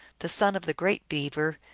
the son of the great beaver,